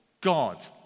God